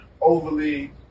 overly